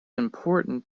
important